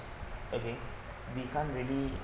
okay we can't really